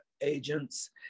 agents